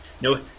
no